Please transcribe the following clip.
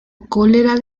cólera